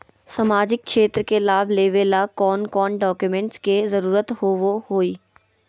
सामाजिक क्षेत्र के लाभ लेबे ला कौन कौन डाक्यूमेंट्स के जरुरत होबो होई?